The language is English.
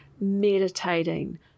meditating